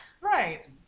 Right